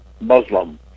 Muslim